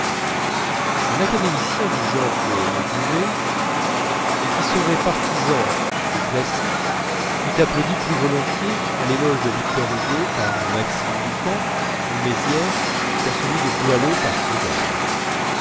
un académicien du genre de legouvé et qui serait partisan des classiques eût applaudi plus volontiers à l'éloge de victor hugo par maxime ducamp ou mézières qu'à celui de boileau par claudel